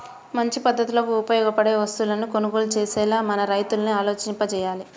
మంచి పద్ధతులకు ఉపయోగపడే వస్తువులను కొనుగోలు చేసేలా మన రైతుల్ని ఆలోచింపచెయ్యాలి